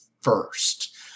first